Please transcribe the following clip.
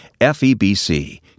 FEBC